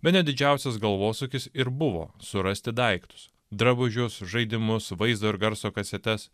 bene didžiausias galvosūkis ir buvo surasti daiktus drabužius žaidimus vaizdo ir garso kasetes